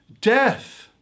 death